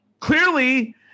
Clearly